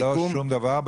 שום דבר,